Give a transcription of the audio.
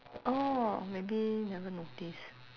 orh maybe never notice